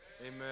Amen